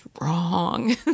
wrong